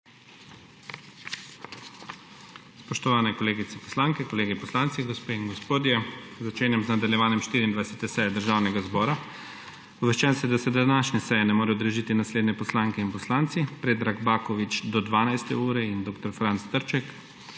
Spoštovane kolegice poslanke, kolegi poslanci, gospe in gospodje! Začenjam nadaljevanje 24. seje Državnega zbora. Obveščen sem, da se današnje seje ne morejo udeležiti naslednje poslanke in poslanci: Predrag Baković do 12. ure in dr. Franc Trček.